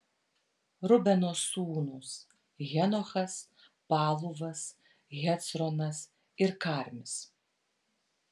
rubeno sūnūs henochas paluvas hecronas ir karmis